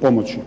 pomoći.